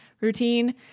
routine